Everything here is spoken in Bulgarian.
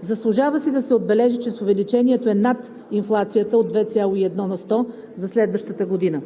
Заслужава си да се отбележи, че увеличението е над инфлацията от 2,1 на сто за следващата година.